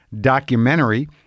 documentary